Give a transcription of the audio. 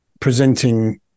presenting